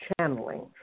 channeling